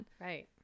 Right